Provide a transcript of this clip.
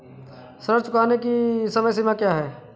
ऋण चुकाने की समय सीमा क्या है?